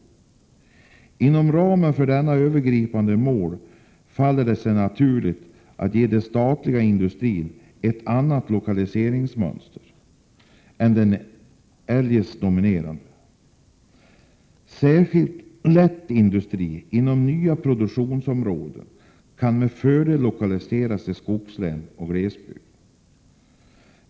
Inom ramen för detta övergripande mål faller det sig naturligt att ge den statliga industrin ett annat lokaliseringsmönster än det som eljest dominerar. Särskilt lätt industri inom nyare produktionsområden kan med fördel lokaliseras till skogslän och glesbygd.